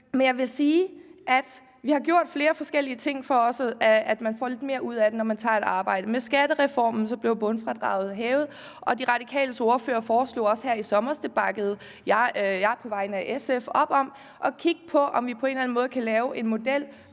Men jeg vil sige, at vi har gjort flere forskellige ting, for at man får lidt mere ud af det, når man tager et arbejde, og med skattereformen blev bundfradraget hævet. De Radikales ordfører foreslog også her i sommer, og det bakkede jeg på vegne af SF op om, at kigge på, om vi på en eller en måde kan lave en model